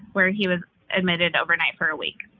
where he was admitted overnight for a week.